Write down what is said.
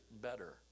better